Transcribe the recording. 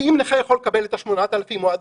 כי אם נכה יכול לקבל את ה-8,000 עד